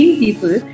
people